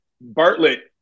Bartlett